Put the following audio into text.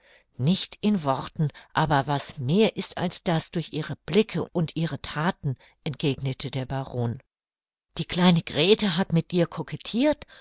nicht in worten aber was mehr ist als das durch ihre blicke und ihre thaten entgegnete der baron die kleine grete hat mit dir kokettirt